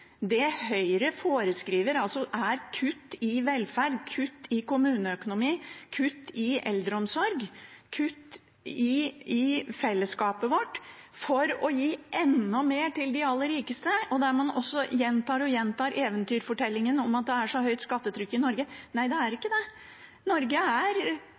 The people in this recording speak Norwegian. rikdommen? Høyre foreskriver kutt i velferd, kutt i kommuneøkonomi, kutt i eldreomsorg, kutt i fellesskapet vårt for å gi enda mer til de aller rikeste, der man gjentar og gjentar eventyrfortellingen om at det er så høyt skattetrykk i Norge. Nei, det er ikke det, Norge er